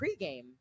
pregame